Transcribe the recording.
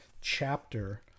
chapter